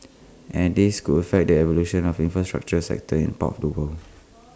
and this could affect the evolution of infrastructure sectors in part of the world